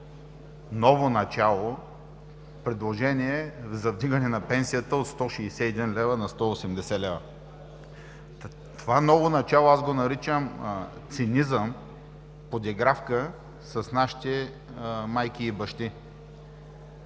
„ново начало“ – предложение за вдигане на пенсията от 161 на 180 лв. Това ново начало аз го наричам цинизъм, подигравка с нашите майки и бащи.